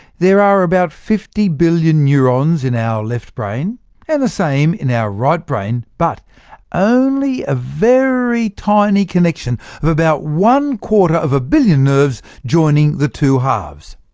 there are about fifty billion neurons in our left brain and the same in our right brain, but only a very tiny connection of about one quarter of a billion nerves joining the two halves.